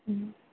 మ్మ్